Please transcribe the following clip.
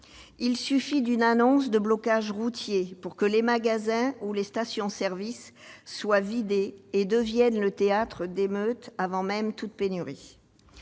Il suffit d'une annonce de blocage routier pour que les magasins ou les stations-services soient vidés et deviennent le théâtre d'émeutes, avant même toute pénurie.